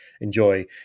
enjoy